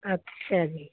ਅੱਛਾ ਜੀ